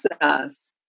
process